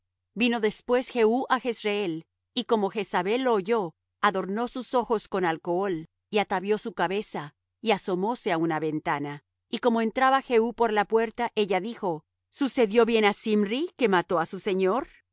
vino después jehú á jezreel y como jezabel lo oyó adornó sus ojos con alcohol y atavió su cabeza y asomóse á una ventana y como entraba jehú por la puerta ella dijo sucedió bien á zimri que mató á su señor